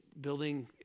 building